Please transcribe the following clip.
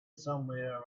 somewhere